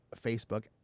Facebook